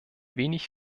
wenig